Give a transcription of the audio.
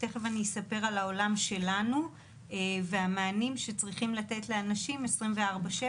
תכף אני אספר על העולם שלנו והמענים שצריכים לתת לאנשים 24/7,